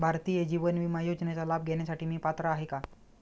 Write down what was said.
भारतीय जीवन विमा योजनेचा लाभ घेण्यासाठी मी पात्र आहे का?